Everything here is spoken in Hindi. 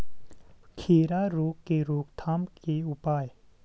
खीरा रोग के रोकथाम के उपाय?